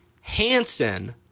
Hansen